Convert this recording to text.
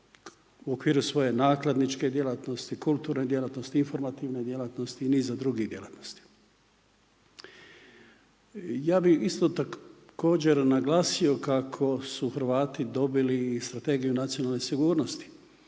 u okviru svoje nakladničke djelatnosti, kulturne djelatnosti, informativne djelatnosti i niza drugih djelatnosti. Ja bih isto također naglasio kako su Hrvati dobili i Strategiju nacionalne sigurnosti